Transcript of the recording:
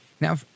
Now